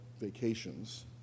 vacations